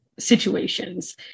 situations